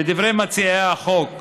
לדברי מציעי החוק,